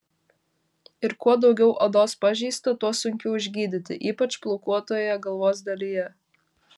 ir kuo daugiau odos pažeista tuo sunkiau išgydyti ypač plaukuotoje galvos dalyje